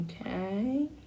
okay